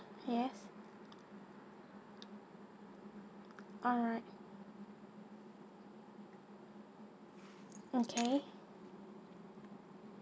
okay yes uh okay